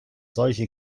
solche